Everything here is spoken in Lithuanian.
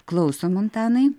klausom antanai